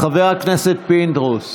חבר הכנסת פינדרוס,